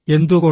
എന്തുകൊണ്ട്